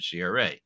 CRA